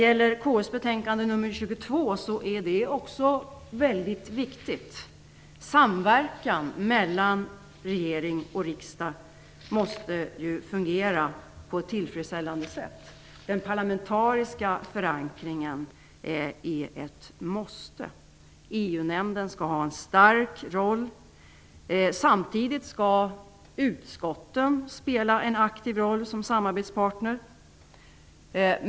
Också KU:s betänkande nr 22 är mycket viktigt. Samverkan mellan regering och riksdag måste fungera på ett tillfredsställande sätt. Den parlamentariska förankringen är ett måste. EU nämnden skall ha en stark roll. Samtidigt skall utskotten spela en aktiv roll som samarbetspartner.